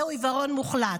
זהו עיוורון מוחלט.